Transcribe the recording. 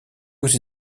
aux